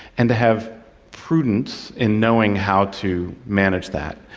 and to have prudence in knowing how to manage that.